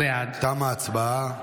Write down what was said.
בעד תמה ההצבעה.